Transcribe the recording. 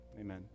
Amen